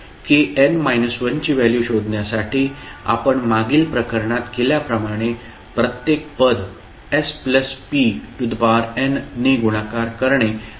kn−1 ची व्हॅल्यू शोधण्यासाठी आपण मागील प्रकरणात केल्याप्रमाणे प्रत्येक पद spn ने गुणाकार करणे आवश्यक आहे